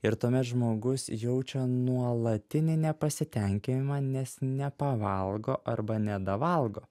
ir tuomet žmogus jaučia nuolatinį nepasitenkinimą nes nepavalgo arba nedavalgo